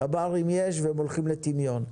תב"רים יש, והם הולכים לטמיון.